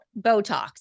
Botox